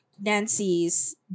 Nancy's